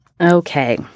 Okay